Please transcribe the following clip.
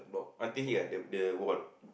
until here eh the the wall